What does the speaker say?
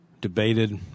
Debated